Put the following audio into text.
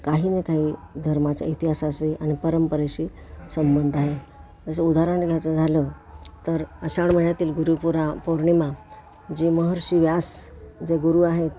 काही ना काही धर्माच्या इतिहासाशी आणि परंपरेशी संबंध आहे जसं उदाहरण घ्यायचं झालं तर श्रावण महिन्यातील गुरुपुरा पौर्णिमा जे महर्षी व्यास जे गुरु आहेत